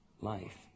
life